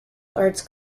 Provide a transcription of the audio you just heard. arts